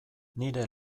nire